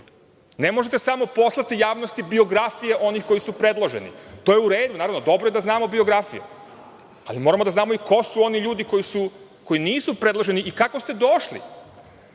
Ne možete samo poslati javnosti biografije onih koji su predloženi. To je u redu, naravno, dobro je da znamo biografije, ali moramo da znamo i ko su oni ljudi koji nisu predloženi i kako ste došli. Da